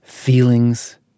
feelings